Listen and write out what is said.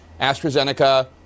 astrazeneca